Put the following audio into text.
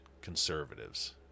conservatives